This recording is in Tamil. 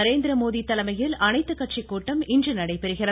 நரேந்திரமோடி தலைமையில் அனைத்துக்கட்சி கூட்டம் இன்று நடைபெறுகிறது